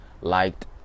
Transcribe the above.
liked